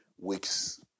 weeks